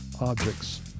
objects